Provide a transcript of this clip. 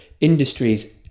industries